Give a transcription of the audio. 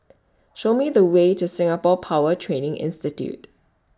Show Me The Way to Singapore Power Training Institute